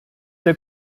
der